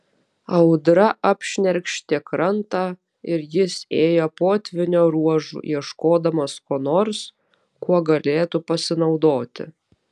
audra apšnerkštė krantą ir jis ėjo potvynio ruožu ieškodamas ko nors kuo galėtų pasinaudoti